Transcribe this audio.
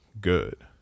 good